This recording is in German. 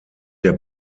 der